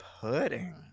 pudding